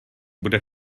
bude